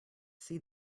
see